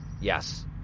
Yes